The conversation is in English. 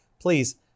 please